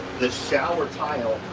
shower tile.